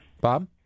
Bob